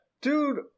Dude